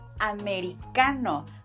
americano